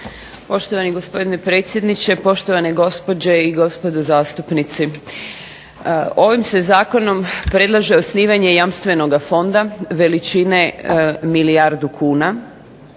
Poštovani gospodine predsjedniče, poštovane gospođe i gospodo zastupnici. Ovim se zakonom predlaže osnivanje Jamstvenoga fonda veličine milijardu kuna.